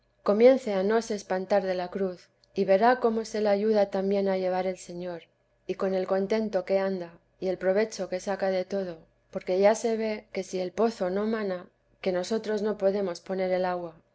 comience a no se espantar de la cruz y verá cómo se la ayuda también a llevar el señor y con el contento que anda y el provecho que saca de todo porque ya se ve que si el pozo no mana que nosotros no podemos poner el agua